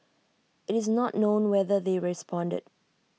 IT is not known whether they responded